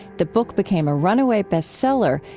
the book became a runaway best seller,